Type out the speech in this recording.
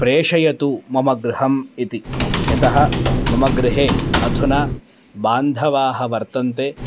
प्रेषयतु मम गृहम् इति यतः मम गृहे अधुना बान्धवाः वर्तन्ते